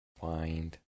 find